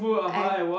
I